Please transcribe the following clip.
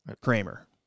Kramer